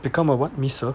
become a what missile